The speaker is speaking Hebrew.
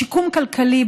שיקום כלכלי,